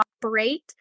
operate